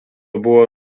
buvo